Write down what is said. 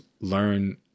learn